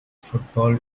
football